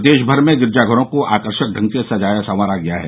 प्रदेश भर में गिरजा घरों को आकर्षक ढंग से सजाया संवारा गया है